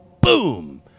boom